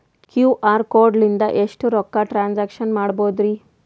QR code ಲಿಂದ ಎಷ್ಟ ರೊಕ್ಕ ಟ್ರಾನ್ಸ್ಯಾಕ್ಷನ ಮಾಡ್ಬೋದ್ರಿ?